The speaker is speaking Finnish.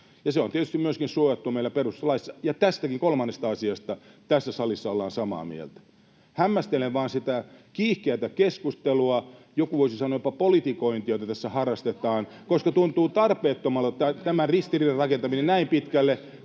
Se on tietysti suojattu meillä myöskin perustuslaissa. Ja tästäkin kolmannesta asiasta tässä salissa ollaan samaa mieltä. Hämmästelen vain sitä kiihkeätä keskustelua, joku voisi sanoa jopa politikointia, jota tässä harrastetaan, [Leena Meren välihuuto] koska tuntuu tarpeettomalta tämän ristiriidan rakentaminen näin pitkälle,